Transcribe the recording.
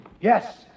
Yes